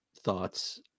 thoughts